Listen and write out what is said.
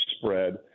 spread